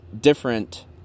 different